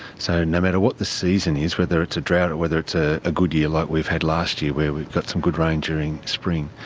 so no matter what the season is, whether it's a drought or whether it's a ah good year like we've had last year where we got some good rain during spring,